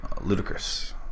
Ludicrous